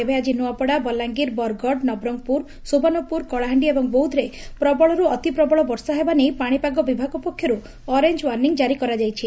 ତେବେ ଆକି ନ୍ତଆପଡ଼ା ବଲାଙ୍କିର ବରଗଡ଼ ନବରଙ୍ଗପୁର ସୁବର୍ଣ୍ଣପୁର କଳାହାଣ୍ଡି ଏବଂ ବୌଦ୍ଧରେ ପ୍ରବଳର୍ ଅତି ପ୍ରବଳ ବର୍ଷା ହେବା ନେଇ ପାଶିପାଗ ବିଭାଗ ପକ୍ଷରୁ ଅରେଞ୍ ଓାର୍ଷିଂ ଜାରି କରାଯାଇଛି